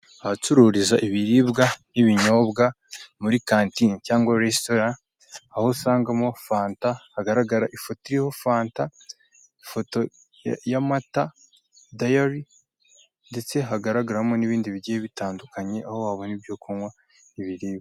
Ahacururizwa ibiribwa n'ibinyobwa muri kantine, cyangwa resitora aho usangamo fanta, hagaragara ifoto iriho fanta ifoto y'amata, dayari, ndetse hagaragaramo n'ibindi bigiye bitandukanye aho wabona ibyo kurya n'ibiribwa.